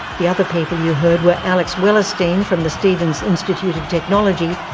the other people you heard were alex wellerstein from the stevens institute of technology,